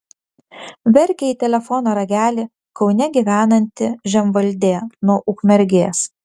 verkė į telefono ragelį kaune gyvenanti žemvaldė nuo ukmergės